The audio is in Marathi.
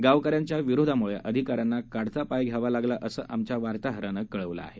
गावकऱ्यांच्या विरोधामुळे अधिकाऱ्यांना काढता पाय घ्यावा लागला असं आमच्या वार्ताहरानं कळवलं आहे